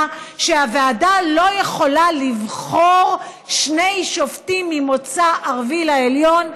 שהוועדה לא יכולה לבחור שני שופטים ממוצא ערבי לעליון,